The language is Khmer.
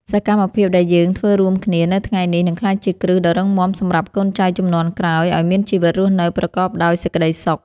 សកម្មភាពដែលយើងធ្វើរួមគ្នានៅថ្ងៃនេះនឹងក្លាយជាគ្រឹះដ៏រឹងមាំសម្រាប់កូនចៅជំនាន់ក្រោយឱ្យមានជីវិតរស់នៅប្រកបដោយសេចក្ដីសុខ។